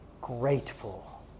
grateful